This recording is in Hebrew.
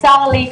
צר לי,